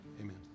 Amen